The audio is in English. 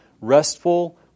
restful